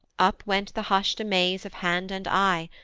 up went the hushed amaze of hand and eye.